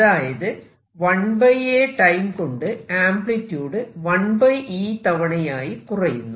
അതായത് 1A time കൊണ്ട് amplitude 1e തവണയായി കുറയുന്നു